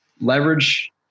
leverage